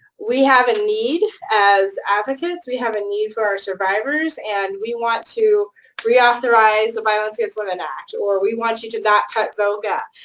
we have a need as advocates. we have a need for our survivors, and we want to reauthorize the violence against women act, or, we want you to not cut voca,